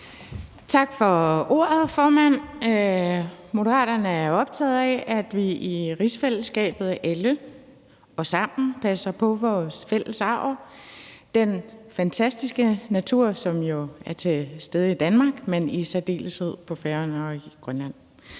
Tak for ordet, formand. Moderaterne er optaget af, at vi i rigsfællesskabet alle og sammen passer på vores fælles arv, den fantastiske natur, som jo findes i Danmark, men i særdeleshed på Færøerne og i Grønland.